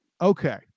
Okay